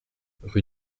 rue